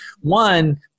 one